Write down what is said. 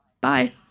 Bye